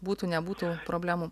būtų nebūtų problemų